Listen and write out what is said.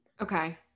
okay